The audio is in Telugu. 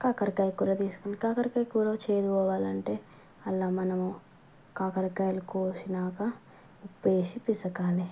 కాకరకాయ కూర తీసుకుంటే కాకరకాయ కూరలో చేదు పోవాలి అంటే అందులో మనము కాకరకాయ కోసినాక ఉప్పు వేసి పిసకాలి